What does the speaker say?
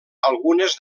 algunes